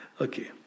okay